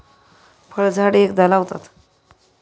फळझाडे एकदा लावतात